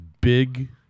big